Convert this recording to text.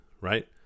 Right